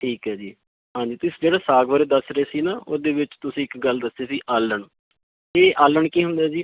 ਠੀਕ ਹੈ ਜੀ ਹਾਂਜੀ ਤੁਸੀਂ ਜਿਹੜਾ ਸਾਗ ਬਾਰੇ ਦੱਸ ਰਹੇ ਸੀ ਨਾ ਉਹਦੇ ਵਿੱਚ ਤੁਸੀਂ ਇੱਕ ਗੱਲ ਦੱਸੀ ਸੀ ਆਲਣ ਇਹ ਆਲਣ ਕੀ ਹੁੰਦਾ ਜੀ